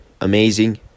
amazing